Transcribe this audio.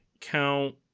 count